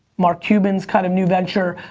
mark cuban's kind of new venture,